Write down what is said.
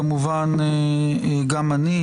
כמובן גם אני,